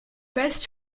basent